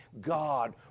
God